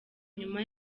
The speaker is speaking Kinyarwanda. nyuma